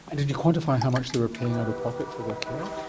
and did you quantify how much they were paying out-of-pocket for their care?